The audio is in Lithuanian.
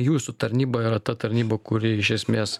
jūsų tarnyba yra ta tarnyba kuri iš esmės